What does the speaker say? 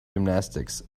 gymnastics